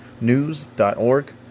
news.org